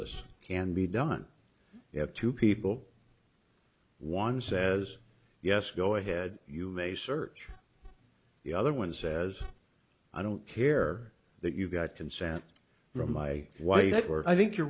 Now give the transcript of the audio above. us can be done you have two people one says yes go ahead you may search the other one says i don't care that you got consent from my wife or i think you're